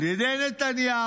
על ידי נתניהו.